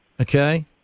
okay